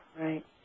Right